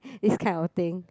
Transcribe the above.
this kind of thing